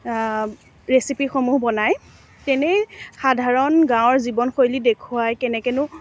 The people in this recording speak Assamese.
ৰেচিপিসমূহ বনায় তেনেই সাধাৰণ গাঁৱৰ জীৱন শৈলী দেখুৱায় কেনেকেনো